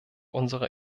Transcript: unserer